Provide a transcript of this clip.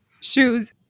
shoes